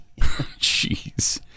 Jeez